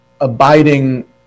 abiding